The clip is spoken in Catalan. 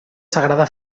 sagrada